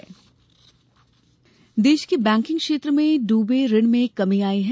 RBI Das देश के banking क्षेत्र में ड्बे ऋण में कमी आई है